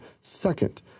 second